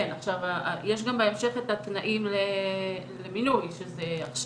כן, יש גם בהמשך את התנאים למינוי, שזה הכשרה,